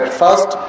first